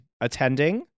attending